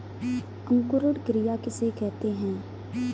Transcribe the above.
अंकुरण क्रिया किसे कहते हैं?